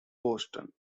boston